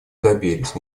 добились